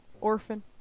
Orphan